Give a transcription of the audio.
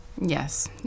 Yes